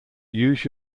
use